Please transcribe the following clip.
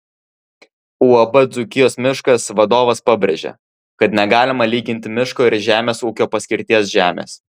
uab dzūkijos miškas vadovas pabrėžė kad negalima lyginti miško ir žemės ūkio paskirties žemės